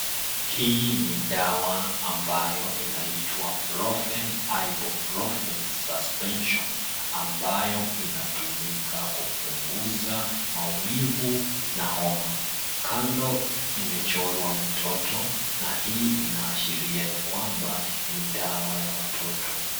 Hii ni dawa ambayo inaitwa Profen Ibuprofen Suspension ambayo inatumika kupunguza maumivu na homa. Kando imechorwa mtoto na hii inaashiria ya kwamba ni dawa ya watoto.